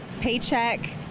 paycheck